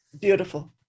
beautiful